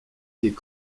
des